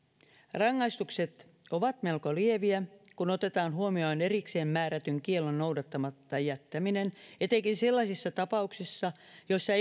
rangaistukset ovat melko lieviä kun otetaan huomioon erikseen määrätyn kiellon noudattamatta jättäminen etenkin sellaisissa tapauksissa joissa